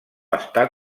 està